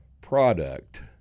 product